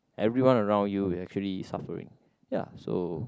everyone around you is actually suffering ya so